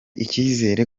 icyizere